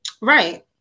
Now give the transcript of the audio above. Right